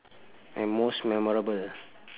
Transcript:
like most memorable